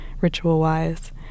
ritual-wise